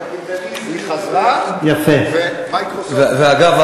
היא חזרה ו"מיקרוסופט" ואגב,